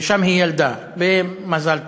ושם היא ילדה, במזל טוב.